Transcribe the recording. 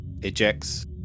ejects